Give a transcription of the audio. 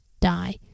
die